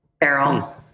barrel